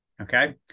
Okay